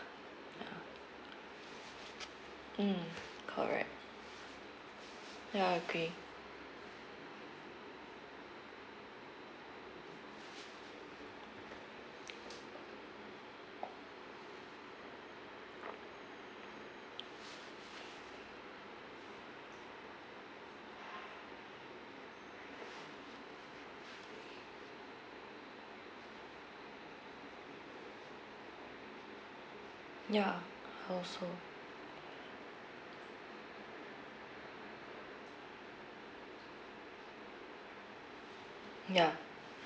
ya mm correct ya agree ya I also ya